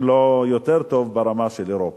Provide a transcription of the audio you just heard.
אם לא יותר טובה אז ברמה של אירופה.